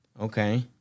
Okay